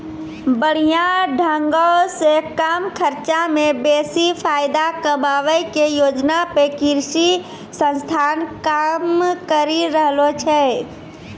बढ़िया ढंगो से कम खर्चा मे बेसी फायदा कमाबै के योजना पे कृषि संस्थान काम करि रहलो छै